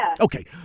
Okay